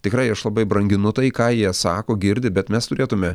tikrai aš labai branginu tai ką jie sako girdi bet mes turėtume